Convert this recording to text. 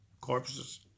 corpses